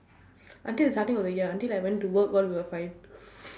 until starting of the year until I went to work all we're fine